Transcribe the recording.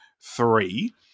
three